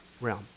realm